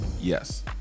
yes